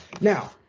Now